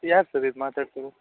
ಯಾರು ಸರ್ ಇದು ಮಾತಾಡ್ತಿರೋದು